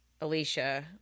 Alicia